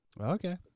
Okay